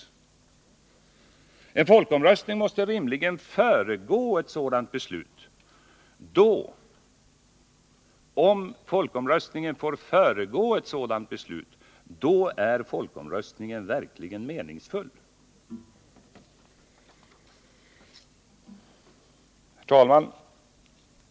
En folkomröstning måste rimligen föregå ett sådant beslut — då är den ju verkligen meningsfull.